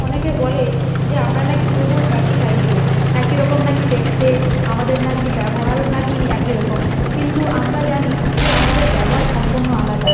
অনেকে বলে যে আমরা নাকি দু বোন একই টাইপের একই রকম নাকি দেখতে আমাদের নাকি ব্যবহারও নাকি একই রকম কিন্তু আমরা জানি যে আমাদের ব্যবহার সম্পূর্ণ আলাদা